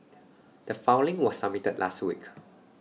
the filing was submitted last week